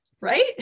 right